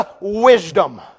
wisdom